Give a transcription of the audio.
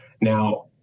now